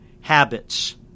Habits